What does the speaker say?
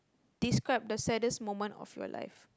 describe the saddest moment of your life